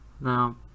Now